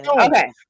okay